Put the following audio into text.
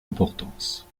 importance